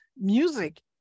music